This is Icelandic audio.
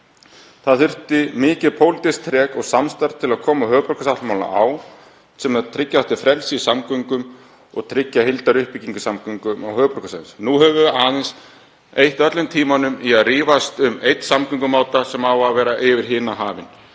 Það þurfti mikið pólitískt þrek og samstarf til að koma höfuðborgarsáttmála á sem tryggja átti frelsi í samgöngum og heildaruppbyggingu í samgöngum á höfuðborgarsvæðinu. Nú höfum við aðeins eytt öllum tímanum í að rífast um einn samgöngumáta sem á að vera yfir hina hafinn.